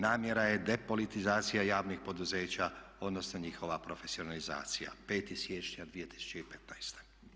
Namjera je depolitizacija javnih poduzeća, odnosno njihova profesionalizacija." – 5. siječnja 2016.